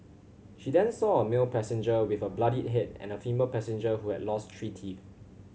she then saw a male passenger with a bloodied head and a female passenger who had lost three teeth